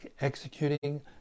executing